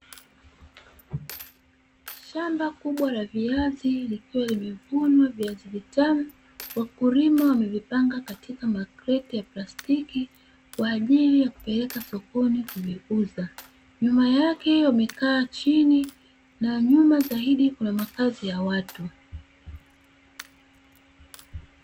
Shamba kubwa la viazi likiwa limevunwa viazi vitamu wakulima wamevipanga katika makreti ya plastiki kwa ajili ya kupeleka sokoni kuviuza, nyuma yake wamekaa chini na nyuma zaidi kuna makazi ya watu.